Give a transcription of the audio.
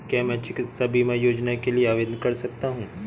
क्या मैं चिकित्सा बीमा योजना के लिए आवेदन कर सकता हूँ?